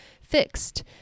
Fixed